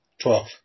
Twelve